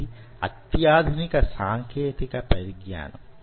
ఇది అత్యాధునిక సాంకేత పరిజ్ఞానం